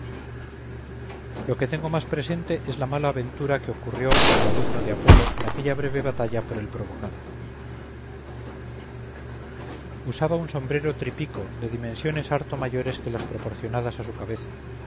lo que tengo más presente es la mala aventura que ocurrió al alumno de apolo en aquella breve batalla por él provocada usaba un sombrero tripico de dimensiones harto mayores que las proporcionadas a su cabeza